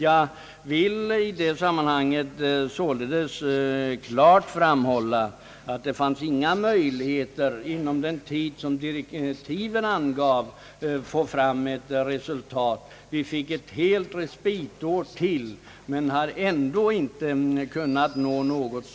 Jag vill i det sammanhanget således klart framhålla att det inte fanns några möjligheter att inom den tid som direktiven angav uppnå ett resultat. Vi fick ytterligare ett helt år på oss, men har ändå inte kunnat nå ett resultat.